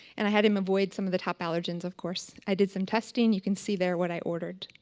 and i had him avoid some of the top allergens of course. i did some testing, you can see there what i ordered.